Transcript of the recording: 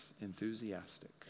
enthusiastic